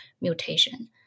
mutation